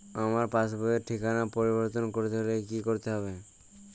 আমার পাসবই র ঠিকানা পরিবর্তন করতে হলে কী করতে হবে?